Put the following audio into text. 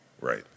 Right